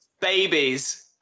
babies